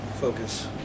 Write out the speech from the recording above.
focus